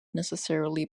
necessarily